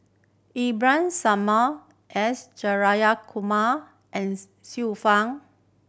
Samad S Jayakumar and Xiu Fang